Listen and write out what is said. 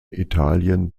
italien